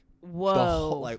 whoa